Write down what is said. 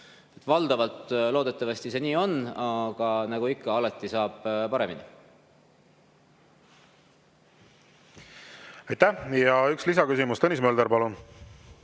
Valdavalt loodetavasti see nii on, aga nagu ikka, alati saab paremini. Aitäh! Ja üks lisaküsimus, Tõnis Mölder, palun!